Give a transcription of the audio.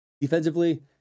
Defensively